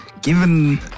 Given